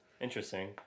Interesting